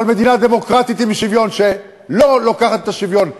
אבל מדינה דמוקרטית עם שוויון שלא לוקחת את השוויון,